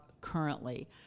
currently